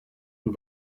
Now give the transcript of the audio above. and